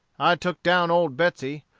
i took down old betsey,